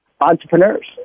entrepreneurs